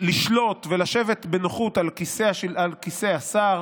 לשלוט ולשבת בנוחות על כיסא השר